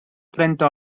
trenta